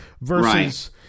versus